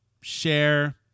share